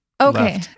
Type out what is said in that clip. Okay